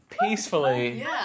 Peacefully